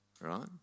Right